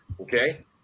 okay